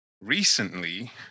recently